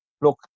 look